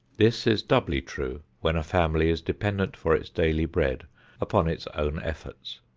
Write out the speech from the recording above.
this is doubly true when a family is dependent for its daily bread upon its own efforts.